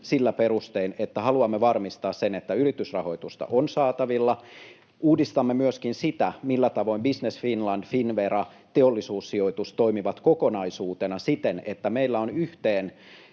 sillä perustein, että haluamme varmistaa sen, että yritysrahoitusta on saatavilla. Uudistamme myöskin sitä, millä tavoin Business Finland, Finnvera, Teollisuussijoitus toimivat kokonaisuutena siten, että meillä on yhteen